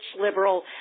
liberal